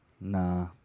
Nah